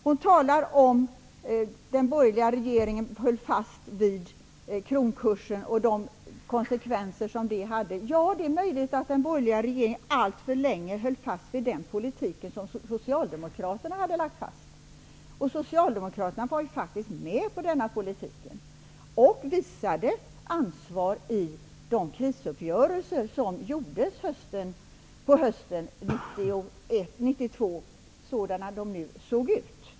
Hon talar om att den borgerliga regeringen höll fast vid kronkursen och de konsekvenser som det faktiskt förde med sig. Ja, det är möjligt att den borgerliga regeringen allt förlänge höll fast vid den politik som socialdemokraterna hade lagt fast. Socialdemokraterna var faktiskt med på denna politik och visade ansvar i de krisuppgörelser som gjordes hösten 1992 -- sådana de nu såg ut.